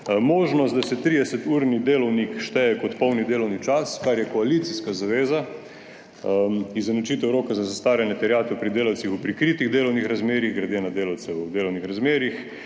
možnost, da se 30-urni delovnik šteje kot polni delovni čas, kar je koalicijska zaveza, izenačitev roka za zastaranje terjatev pri delavcih v prikritih delovnih razmerjih glede na delavce v delovnih razmerjih,